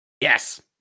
Yes